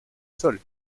sol